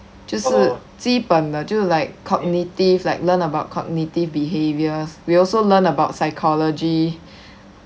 就是基本的就是 like cognitive like learn about cognitive behaviours we also learn about psychology